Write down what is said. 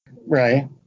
right